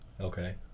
Okay